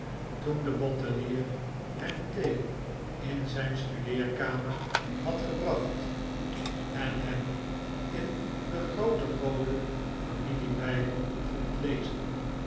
toen de bottelier hem thee in zijn studeerkamer had gebracht en hem in den grooten rooden familiebijbel vond lezentoen